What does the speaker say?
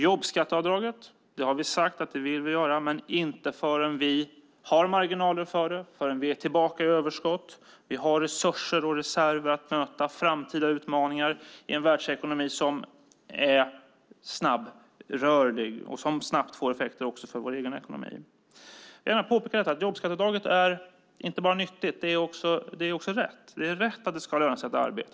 Jobbskatteavdraget vill vi genomföra men inte förrän vi har marginaler för det, är tillbaka i överskott och har resurser och reserver att möta framtida utmaningar i en världsekonomi som är snabbrörlig och snabbt får effekter för vår egen ekonomi. Jobbskatteavdraget är inte bara nyttigt. Det är också rätt att det ska löna sig att arbeta.